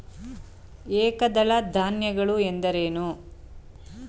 ಏಕದಳ ಧಾನ್ಯಗಳು ಎಂದರೇನು?